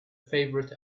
favorite